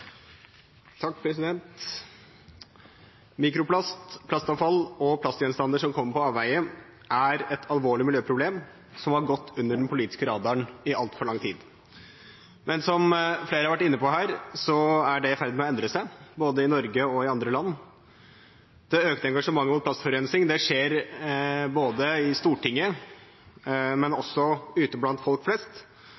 et alvorlig miljøproblem som har gått under den politiske radaren i altfor lang tid. Men som flere har vært inne på her, er det i ferd med å endre seg, både i Norge og i andre land. Det økte engasjementet mot plastforurensning skjer både i Stortinget og